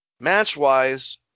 Match-wise